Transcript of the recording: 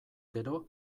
gero